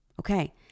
Okay